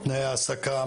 תנאי העסקה,